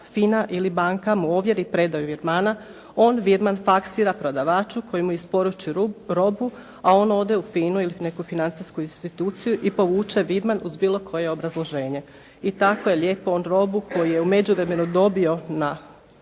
FINA ili banka mu ovjeri predaju virmana. On virman faksira prodavaču koji mu isporuči robu, a on ode u FINA-u ili neku financijsku instituciju i povuče virman uz bilo koje obrazloženje. I tako je lijepo on robu koju je u međuvremenu dobio na,